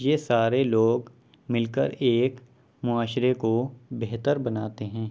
یہ سارے لوگ مل کر ایک معاشرے کو بہتر بناتے ہیں